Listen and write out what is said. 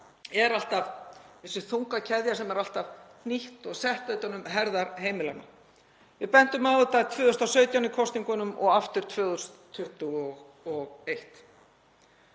er alltaf þessi þunga keðja sem er alltaf hnýtt og sett utan um herðar heimilanna. Við bentum á þetta í kosningunum 2017 og aftur 2021.